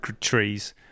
trees